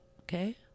Okay